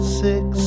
six